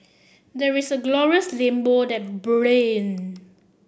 there's a glorious rainbow that bringing